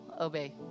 obey